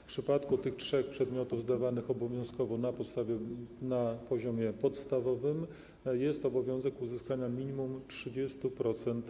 W przypadku zaś trzech przedmiotów zdawanych obowiązkowo na poziomie podstawowym jest obowiązek uzyskania minimum 30%